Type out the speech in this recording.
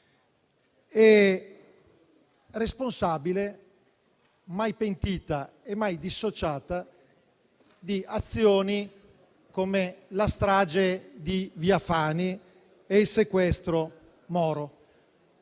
e responsabile, mai pentita e mai dissociata, di azioni come la strage di via Fani e il sequestro Moro.